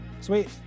Sweet